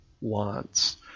wants